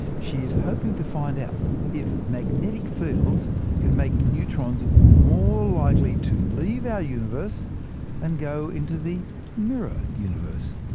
she is hoping to find out if magnetic fields can make neutrons more likely to leave our universe and go into the mirror universe.